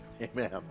Amen